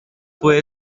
fue